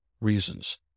reasons